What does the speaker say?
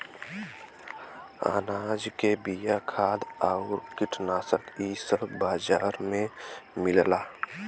अनाज के बिया, खाद आउर कीटनाशक इ सब बाजार में मिलला